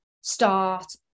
start